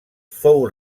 fou